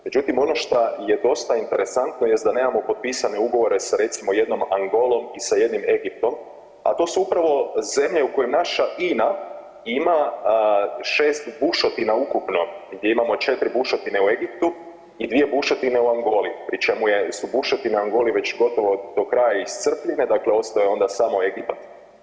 Međutim, ono šta je dosta interesantno jest da nemamo potpisane ugovore s recimo jednom Angolom i sa jednim Egiptom, a to su upravo zemlje u kojim naša INA ima 6 bušotina ukupno, gdje imamo 4 bušotine u Egiptu i 2 bušotine u Angoli, pri čemu su bušotine u Angoli već gotovo do kraja iscrpljene, dakle ostaje onda samo Egipat.